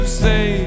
say